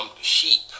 sheep